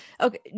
Okay